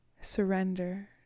Surrender